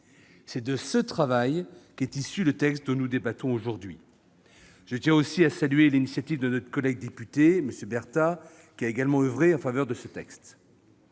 C'est de ce travail qu'est issu le texte dont nous débattons aujourd'hui. Je tiens aussi à saluer l'initiative de notre collègue député Philippe Berta, qui a également oeuvré en faveur de ce texte.